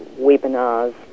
webinars